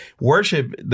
worship